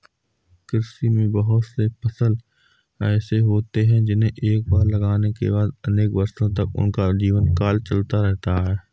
कृषि में बहुत से फसल ऐसे होते हैं जिन्हें एक बार लगाने के बाद अनेक वर्षों तक उनका जीवनकाल चलता रहता है